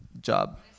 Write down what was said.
job